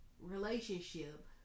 relationship